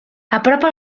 apropa